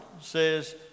says